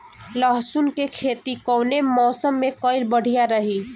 लहसुन क खेती कवने मौसम में कइल बढ़िया रही?